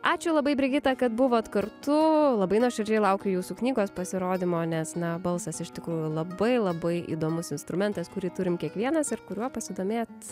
ačiū labai brigita kad buvot kartu labai nuoširdžiai laukiu jūsų knygos pasirodymo nes na balsas iš tikrųjų labai labai įdomus instrumentas kurį turim kiekvienas ir kuriuo pasidomėt